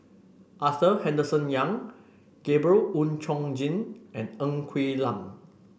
Arthur Henderson Young Gabriel Oon Chong Jin and Ng Quee Lam